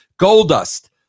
Goldust